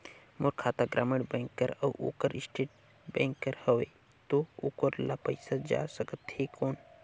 मोर खाता ग्रामीण बैंक कर अउ ओकर स्टेट बैंक कर हावेय तो ओकर ला पइसा जा सकत हे कौन?